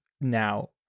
now